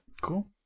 Cool